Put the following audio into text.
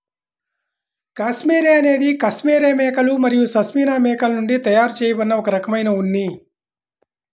cashmere అనేది cashmere మేకలు మరియు పష్మినా మేకల నుండి తయారు చేయబడిన ఒక రకమైన ఉన్ని